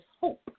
hope